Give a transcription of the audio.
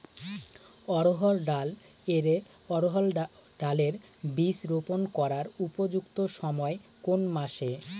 অড়হড় ডাল এর বীজ রোপন করার উপযুক্ত সময় কোন কোন মাস?